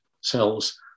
cells